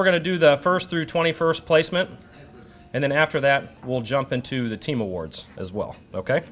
we're going to do the first through twenty first placement and then after that we'll jump into the team awards as well ok